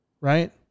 right